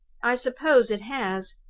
i suppose it has.